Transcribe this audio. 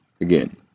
Again